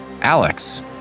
Alex